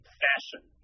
fashion